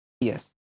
Yes